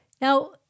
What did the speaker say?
Now